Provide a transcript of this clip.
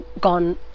gone